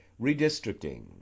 Redistricting